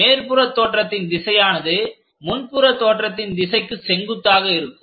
மேற்புற தோற்றத்தின் திசையானது முன்புற தோற்றத்தின் திசைக்கு செங்குத்தாக இருக்கும்